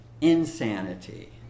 insanity